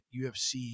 UFC